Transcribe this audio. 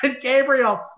gabriel